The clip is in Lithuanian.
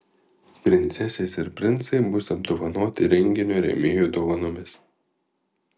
princesės ir princai bus apdovanoti renginio rėmėjų dovanomis